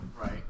Right